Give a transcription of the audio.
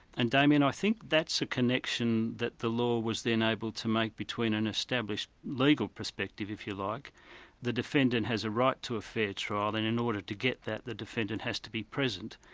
and, damien, i think that's a connection that the law was then able to make between an established legal perspective, if you like the defendant has a right to a fair trial and in order to get that, the defendant has to be present.